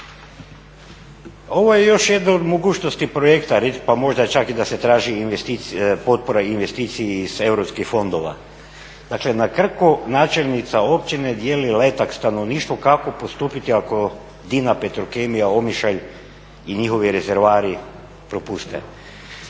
Ovo je još jedna od mogućnosti projekta … pa možda čak i da se traži potpora investiciji s europskih fondova. Dakle na Krku načelnica općine dijeli letak stanovništvu kako postupiti ako DINA Petrokemija Omišalj i njihovi rezervoari propuste.